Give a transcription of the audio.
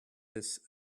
this